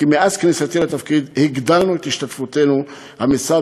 כי מאז כניסתי לתפקידי הגדלנו את השתתפות המשרד